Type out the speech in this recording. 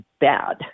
bad